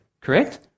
Correct